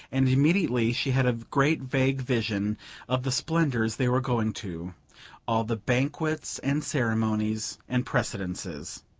and immediately she had a great vague vision of the splendours they were going to all the banquets and ceremonies and precedences.